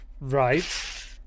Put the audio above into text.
right